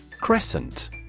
Crescent